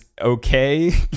okay